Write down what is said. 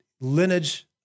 lineage